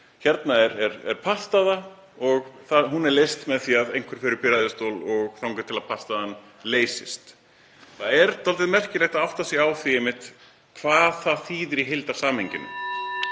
Hér er pattstaða og hún er leyst með því að einhver fer upp í ræðustól þangað til pattstaðan leysist. Það er dálítið merkilegt að átta sig á því (Forseti hringir.) hvað það þýðir í heildarsamhenginu.